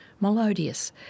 melodious